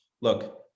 look